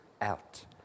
out